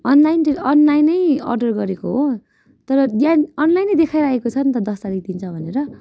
online त्यो अनलाइनै order गरेको हो तर यहाँ अनलाइनै देखाइरहेको छ नि त दस तारिख दिन्छ भनेर